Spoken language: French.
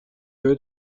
eux